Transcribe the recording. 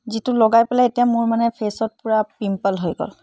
যিটো লগাই পেলাই এতিয়া মোৰ মানে ফেচত পূৰা পিম্পল হৈ গ'ল